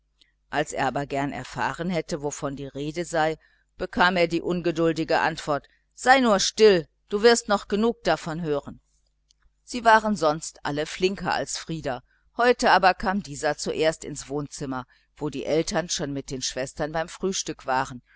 als er aber gern erfahren hätte von was die rede sei bekam er ungeduldige antwort sei nur still du wirst noch genug davon hören sie waren sonst alle flinker als frieder heute aber kam dieser zuerst ins wohnzimmer wo die eltern schon mit den schwestern beim frühstück waren